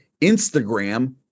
Instagram